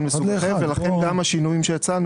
שונות מבחינת מספר הימים ותקופת השנים שקדמה.